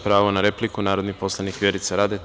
Pravo na repliku narodni poslanik Vjerica Radeta.